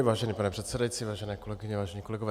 Vážený pane předsedající, vážené kolegyně, vážení kolegové.